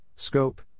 Scope